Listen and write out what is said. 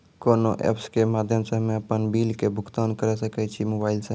कोना ऐप्स के माध्यम से हम्मे अपन बिल के भुगतान करऽ सके छी मोबाइल से?